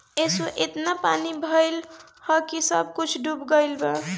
असो एतना पानी भइल हअ की सब कुछ डूब गईल बा